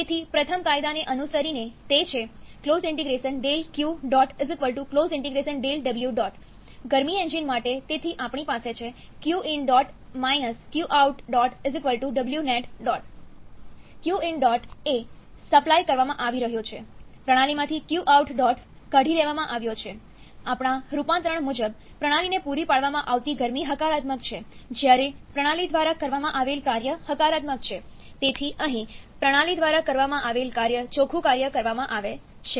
તેથી પ્રથમ કાયદાને અનુસરીને તે છે Q W ગરમી એન્જિન માટે તેથી આપણી પાસે છે Qin Qout Wnet Qin dot જે સપ્લાય કરવામાં આવી રહ્યો છે પ્રણાલીમાંથી Qout ડોટ કાઢી લેવામાં આવ્યો છે આપણા રૂપાંતરણ મુજબ પ્રણાલીને પુરી પાડવામાં આવતી ગરમી હકારાત્મક છે જ્યારે પ્રણાલી દ્વારા કરવામાં આવેલ કાર્ય હકારાત્મક છે તેથી અહીં પ્રણાલી દ્વારા કરવામાં આવેલ કાર્ય ચોખ્ખું કાર્ય કરવામાં આવે છે